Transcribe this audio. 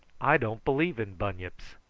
i don't believe in bunyips.